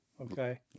okay